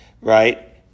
right